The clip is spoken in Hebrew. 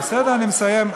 בסדר, אני מסיים.